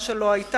מה שלא היתה,